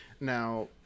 Now